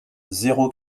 zéro